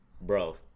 Bro